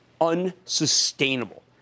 unsustainable